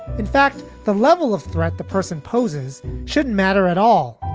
in fact, the level of threat the person poses shouldn't matter at all.